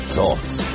talks